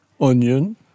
onion